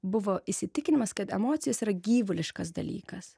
buvo įsitikinimas kad emocijos yra gyvuliškas dalykas